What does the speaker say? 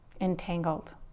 entangled